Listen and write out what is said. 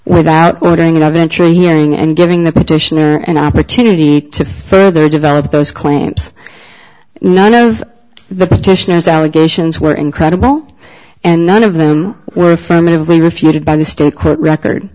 without ordering eventual hearing and giving the petitioner an opportunity to further develop those claims none of the petitioners allegations were incredible and none of them were fundamentally refuted by the still court record